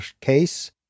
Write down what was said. case